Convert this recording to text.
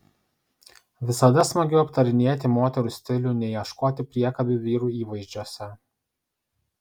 visada smagiau aptarinėti moterų stilių nei ieškoti priekabių vyrų įvaizdžiuose